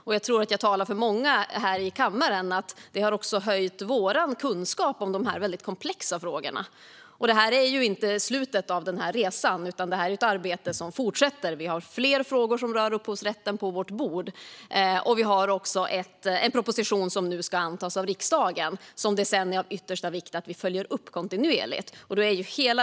Och jag tror att jag talar för många här i kammaren när jag säger att vi har höjt vår kunskap om dessa väldigt komplexa frågor. Detta är ju inte slutet av resan, utan det här är ett arbete som fortsätter. Vi har fler frågor som rör upphovsrätten på vårt bord. Vi har också en proposition som nu ska antas av riksdagen och som det sedan är av yttersta vikt att kontinuerligt följa upp.